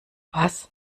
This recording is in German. was